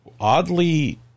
oddly